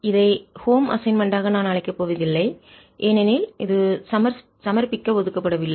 இதை ஹோம் வீட்டு அசைன்மென்ட் ஆக நான் அழைக்கப் போவதில்லை ஏனெனில் இது சமர்ப்பிக்க ஒதுக்கப்படவில்லை